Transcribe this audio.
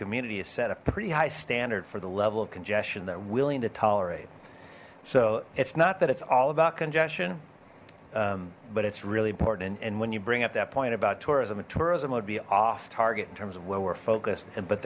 community is set a pretty high standard for the level of congestion they're willing to tolerate so it's not that it's all about congestion but it's really important and when you bring up that point about tourism and tourism would be off target in terms of where we're focused and but